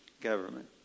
government